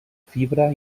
fibra